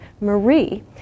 Marie